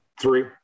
three